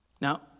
Now